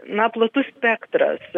na platus spektras